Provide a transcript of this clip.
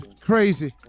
crazy